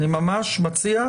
אני ממש מציע,